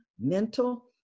mental